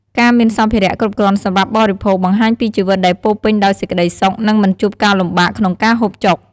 ការមានសម្ភារៈគ្រប់គ្រាន់សម្រាប់បរិភោគបង្ហាញពីជីវិតដែលពោរពេញដោយសេចក្តីសុខ និងមិនជួបការលំបាកក្នុងការហូបចុក។